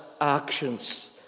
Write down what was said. actions